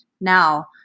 now